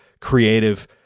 creative